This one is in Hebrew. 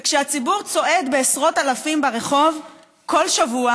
וכשהציבור צועד בעשרות אלפים ברחוב כל שבוע,